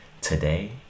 Today